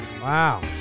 Wow